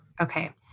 Okay